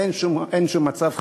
אין שום מצב חירום,